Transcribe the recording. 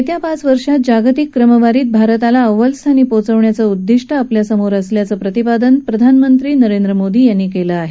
येत्या पाच वर्षात जागतिक क्रमवारीत भारताला अव्वलस्थानी पोहोचवण्याचं उद्दिष्ट समोर असल्याचं प्रतिपादन प्रधानमंत्री नरेंद्र मोदी यांनी केलं आहे